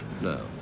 No